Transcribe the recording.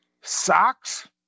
Socks